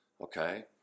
okay